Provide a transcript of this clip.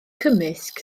cymysg